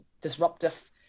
disruptive